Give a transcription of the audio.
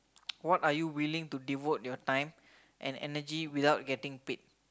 what are you willing to devote your time and energy without getting paid